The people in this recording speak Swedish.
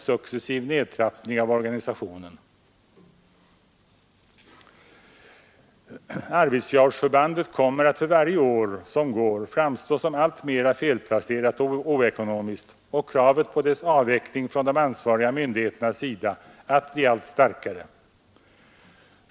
Arvidsjaurförbandet kommer att för varje år som går framstå som alltmera felplacerat och oekonomiskt, och kravet på dess avveckling från de ansvariga myndigheternas sida kommer att bli allt starkare.